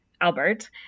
Albert